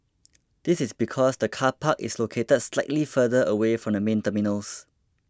this is because the car park is located slightly further away from the main terminals